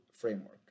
framework